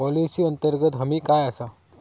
Policy अंतर्गत हमी काय आसा?